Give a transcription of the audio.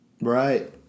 Right